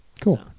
Cool